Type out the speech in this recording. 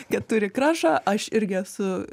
kad turi krašą aš irgi esu